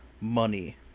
money